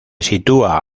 sitúa